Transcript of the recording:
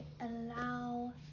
allow